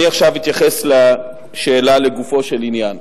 אני עכשיו אתייחס לשאלה לגופו של עניין.